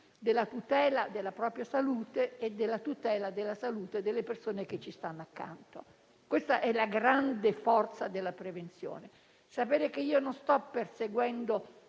la tutela della propria salute e la tutela della salute delle persone che ci stanno accanto. Questa è la grande forza della prevenzione: sapere che non sto perseguendo